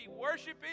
worshiping